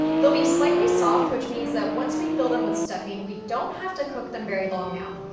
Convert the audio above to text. they'll be slightly soft, which means that once we fill them with stuffing, we don't have to cook them very long now.